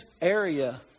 area